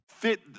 Fit